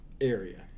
area